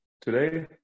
today